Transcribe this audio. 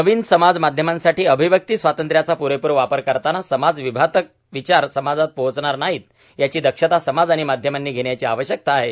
नवीन समाज माध्यमांसाठी अभिव्यक्ती स्वातंत्र्याचा पूरेपूर वापर करताना समाज विघातक विघार समाजात पोहोचणार नाहीत याची दक्षता समाज आणि माध्यमांनी घेण्याची आवश्यकता आहे